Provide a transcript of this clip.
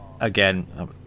again